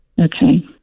Okay